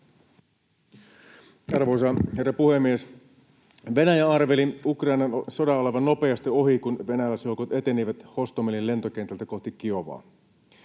Arvoisa herra puhemies! Venäjä arveli Ukrainan sodan olevan nopeasti ohi, kun venäläisjoukot etenivät Hostomelin lentokentältä kohti Kiovaa.